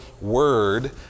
word